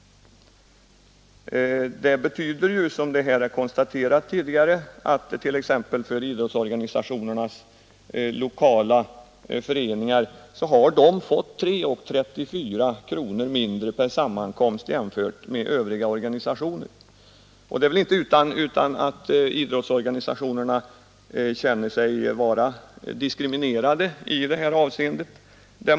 Som här har konstaterats tidigare, har t.ex. idrottsorganisationernas lokala föreningar fått 3:34 mindre per sammankomst jämfört med övriga organisationer. Det är väl inte utan att idrottsorganisationerna känner sig diskriminerade i detta avseende.